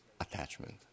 attachment